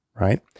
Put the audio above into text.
Right